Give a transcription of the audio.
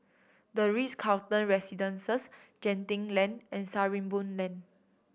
The Ritz Carlton Residences Genting Lane and Sarimbun Lane